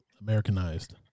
Americanized